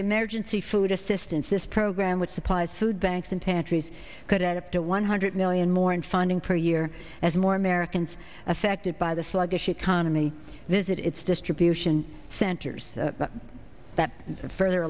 emergency food assistance this program which supplies food banks and pantries could add up to one hundred million more in funding per year as more americans affected by the sluggish economy visit its distribution centers that further